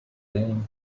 rain